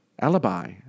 Alibi